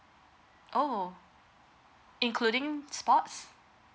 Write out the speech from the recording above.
oh including sports